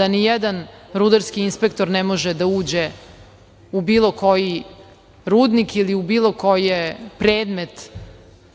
da nijedan rudarski inspektor ne može da uđe u bilo koji rudnik ili u bilo koji predmet